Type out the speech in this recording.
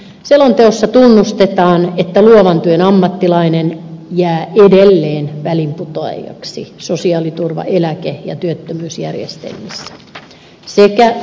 selonteossa tunnustetaan että luovan työn ammattilainen jää edelleen väliinputoajaksi sosiaaliturva eläke ja työttömyysjärjestelmissä sekä verokohtelussa